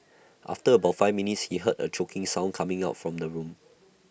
after about five minutes he heard A choking sound coming from the room